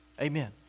Amen